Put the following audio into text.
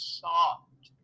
soft